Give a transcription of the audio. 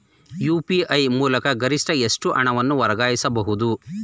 UPI ಮೂಲಕ ಗರಿಷ್ಠ ಎಷ್ಟು ಹಣವನ್ನು ವರ್ಗಾಯಿಸಬಹುದು?